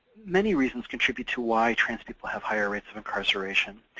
many reasons contribute to why trans people have higher rates of incarceration.